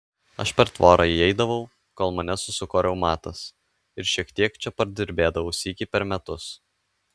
aš per tvorą įeidavau kol mane susuko reumatas ir šiek tiek čia padirbėdavau sykį per metus